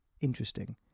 interesting